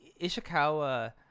Ishikawa